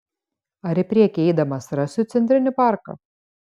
ar į priekį eidamas rasiu centrinį parką